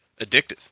addictive